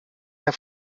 der